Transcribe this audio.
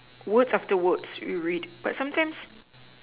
words after words you read but sometimes